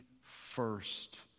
first